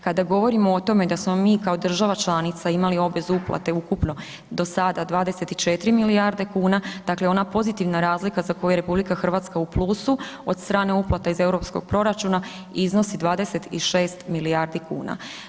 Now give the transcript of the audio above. Kada govorimo o tome da smo mi kao država članica imali obvezu uplate ukupno do sada 24 milijarde kuna, dakle ona pozitivna razlika za koju je RH u plusu od strane uplata iz europskog proračunu iznosi 26 milijardi kuna.